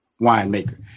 winemaker